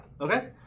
Okay